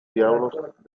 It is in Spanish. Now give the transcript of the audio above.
diablos